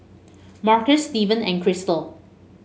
Marcus Steven and Chrystal